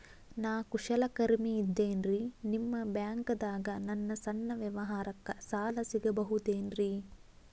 ನಾ ಕುಶಲಕರ್ಮಿ ಇದ್ದೇನ್ರಿ ನಿಮ್ಮ ಬ್ಯಾಂಕ್ ದಾಗ ನನ್ನ ಸಣ್ಣ ವ್ಯವಹಾರಕ್ಕ ಸಾಲ ಸಿಗಬಹುದೇನ್ರಿ?